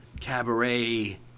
cabaret